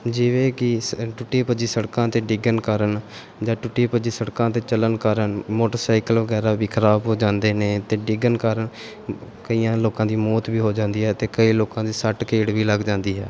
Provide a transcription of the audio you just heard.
ਜਿਵੇਂ ਕਿ ਟੁੱਟੀ ਭੱਜੀ ਸੜਕਾਂ 'ਤੇ ਡਿੱਗਣ ਕਾਰਨ ਜਾਂ ਟੁੱਟ ਭੱਜੀ ਸੜਕਾਂ 'ਤੇ ਚੱਲਣ ਕਾਰਨ ਮੋਟਰਸਾਈਕਲ ਵਗੈਰਾ ਵੀ ਖਰਾਬ ਹੋ ਜਾਂਦੇ ਨੇ ਅਤੇ ਡਿੱਗਣ ਕਾਰਨ ਕਈਆਂ ਲੋਕਾਂ ਦੀ ਮੌਤ ਵੀ ਹੋ ਜਾਂਦੀ ਹੈ ਅਤੇ ਕਈ ਲੋਕਾਂ ਦੇ ਸੱਟ ਫੇਟ ਵੀ ਲੱਗ ਜਾਂਦੀ ਹੈ